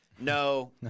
No